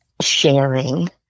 sharing